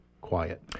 quiet